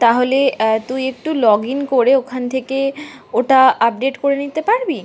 তাহলে তুই একটু লগ ইন করে ওখান থেকে ওটা আপডেট করে নিতে পারবি